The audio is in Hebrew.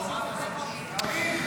קריב.